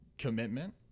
commitment